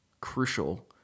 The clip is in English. crucial